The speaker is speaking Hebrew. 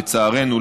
לצערנו,